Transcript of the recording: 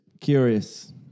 Curious